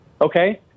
okay